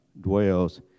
dwells